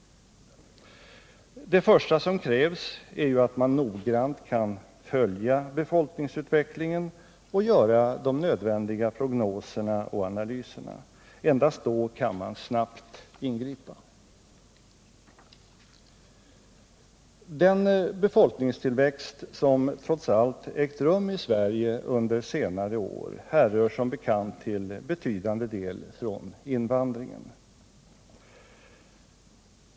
Det första som krävs är ju att man noggrant kan följa befolkningsutvecklingen och göra de nödvändiga Nr 145 prognoserna och analyserna. Endast då kan man snabbt ingripa. Torsdagen den Den befolkningstillväxt som trots allt ägt rum i Sverige under senare år 18 maj 1978 härrör som bekant till betydande del från invandringen.